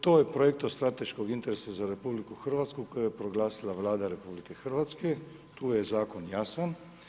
To je projekt od strateškog interesa za RH koju je proglasila Vlada RH, tu je zakon jasan.